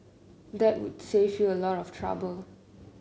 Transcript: that would save you a lot of trouble